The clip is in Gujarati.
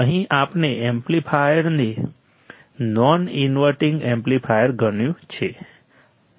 અહીં આપણે એમ્પ્લીફાયરને નોન ઈનવર્ટિંગ એમ્પ્લીફાયર ગણ્યું છે